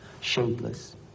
shapeless